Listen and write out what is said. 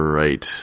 right